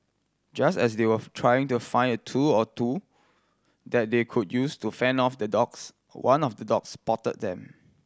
just as they were trying to find a tool or two that they could use to fend off the dogs one of the dogs spotted them